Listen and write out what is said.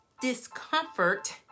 discomfort